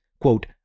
quote